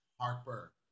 Harper